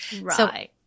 Right